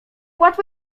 łatwo